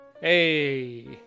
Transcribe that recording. Hey